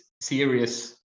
serious